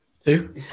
Two